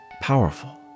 powerful